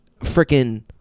freaking